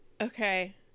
Okay